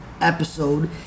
episode